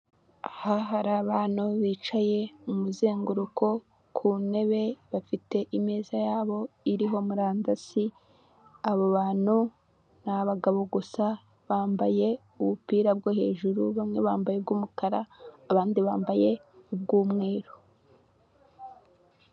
Aha hari abantu bicaye mu muzenguruko ku ntebe bafite imeza yabo iriho murandasi, abo bantu ni abagabo gusa bambaye ubupira bwo hejuru bamwe bambaye ubw'umukara, abandi bambaye ubw'umweru.